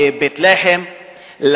בבית-לחם,